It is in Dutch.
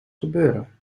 gebeuren